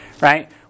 right